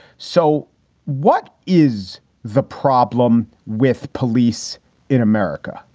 so what is the problem with police in america?